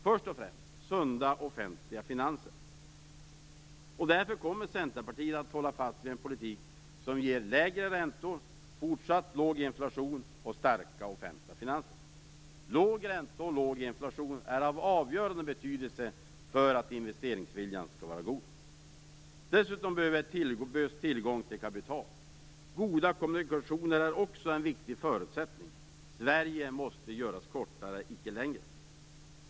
Först och främst krävs sunda offentliga finanser. Därför kommer Centerpartiet att hålla fast vid en politik som ger lägre räntor, fortsatt låg inflation och starka offentliga finanser. Låg ränta och låg inflation är av avgörande betydelse för att investeringsviljan skall vara god. Dessutom behövs tillgång till kapital. Goda kommunikationer är också en viktig förutsättning. Sverige måste göras kortare, inte längre.